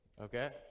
okay